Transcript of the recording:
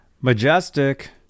Majestic